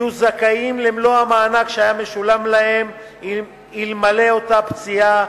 יהיו זכאים למלוא המענק שהיה משולם להם אלמלא אותה פציעה,